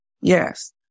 Yes